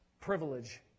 privilege